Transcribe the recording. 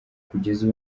kugeza